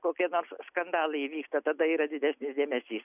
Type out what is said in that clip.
kokie nors skandalai įvyksta tada yra didesnis dėmesys